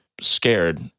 scared